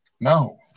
No